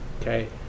Okay